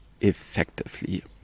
effectively